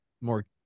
more